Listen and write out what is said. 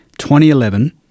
2011